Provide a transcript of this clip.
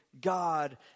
God